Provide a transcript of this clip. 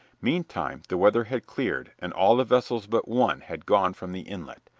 meantime the weather had cleared, and all the vessels but one had gone from the inlet.